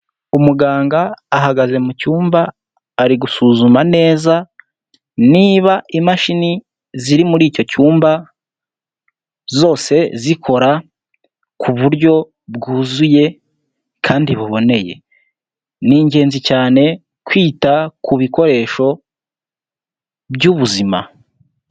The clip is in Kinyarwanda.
umuganga ahagaze mu cyumba, ari gusuzuma neza niba imashini ziri muri icyo cyumba zose zikora ku buryo bwuzuye, kandi buboneye. Ni ingenzi cyane kwita ku bikoresho by'ubuzima.